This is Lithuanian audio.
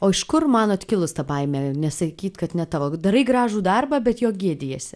o iš kur manot kilus ta baimė nesakyt kad ne tavo darai gražų darbą bet jo gėdijasi